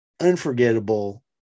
unforgettable